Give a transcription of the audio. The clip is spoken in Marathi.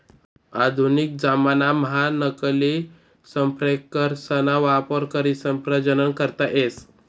आधुनिक जमानाम्हा नकली संप्रेरकसना वापर करीसन प्रजनन करता येस